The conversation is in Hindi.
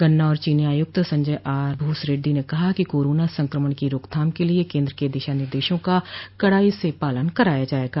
गन्ना और चीनी आयुक्त संजय आर भूसरडो ने कहा है कि कोरोना संक्रमण की रोकथाम के लिए केन्द्र के दिशानिर्देशों का कड़ाई से पालन कराया जायेगा